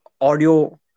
audio